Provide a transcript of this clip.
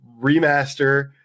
remaster